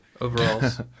Overalls